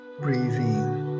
Breathing